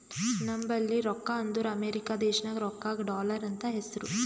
ನಂಬಲ್ಲಿ ರೊಕ್ಕಾ ಅಂದುರ್ ಅಮೆರಿಕಾ ದೇಶನಾಗ್ ರೊಕ್ಕಾಗ ಡಾಲರ್ ಅಂತ್ ಹೆಸ್ರು